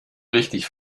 richtig